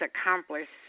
accomplished